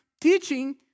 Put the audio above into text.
teaching